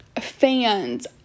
fans